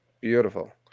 Beautiful